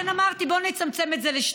לכן אמרתי: בואו נצמצם את זה לשניים,